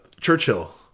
Churchill